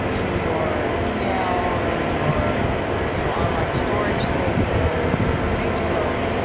in your email, in your you know online storage spaces and your facebook,